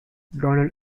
donald